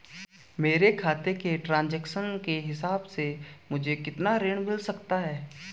मेरे खाते के ट्रान्ज़ैक्शन के हिसाब से मुझे कितना ऋण मिल सकता है?